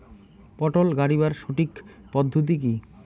পটল গারিবার সঠিক পদ্ধতি কি?